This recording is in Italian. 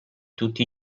tutti